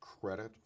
credit